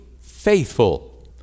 faithful